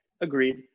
agreed